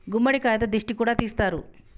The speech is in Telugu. గుమ్మడికాయతో దిష్టి కూడా తీస్తారు